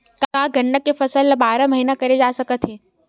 का गन्ना के फसल ल बारह महीन करे जा सकथे?